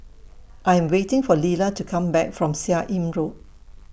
I Am waiting For Lila to Come Back from Seah Im Road